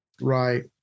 Right